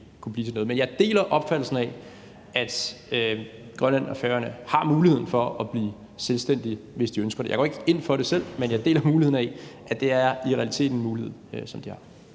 Men jeg deler opfattelsen af, at Grønland og Færøerne har muligheden for at blive selvstændige, hvis de ønsker det. Jeg går ikke ind for det selv, men jeg deler opfattelsen af, at det i realiteten er en mulighed, som de har.